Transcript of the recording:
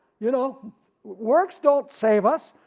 you know works don't save us,